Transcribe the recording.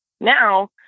Now